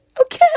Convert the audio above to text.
okay